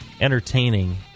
entertaining